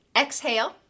exhale